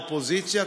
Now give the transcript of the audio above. אופוזיציה,